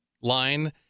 line